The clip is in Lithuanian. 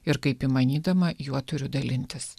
ir kaip įmanydama juo turiu dalintis